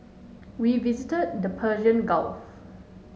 we visited the Persian Gulf